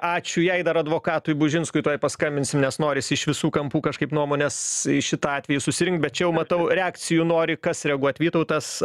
ačiū jai dar advokatui bužinskui tuoj paskambinsim nes norisi iš visų kampų kažkaip nuomones į šitą atvejį susirinkt bet čia matau reakcijų nori kas reaguot vytautas ar